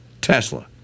Tesla